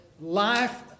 life